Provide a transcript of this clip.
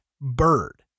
bird